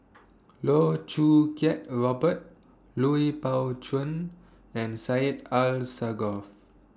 Loh Choo Kiat Robert Lui Pao Chuen and Syed Alsagoff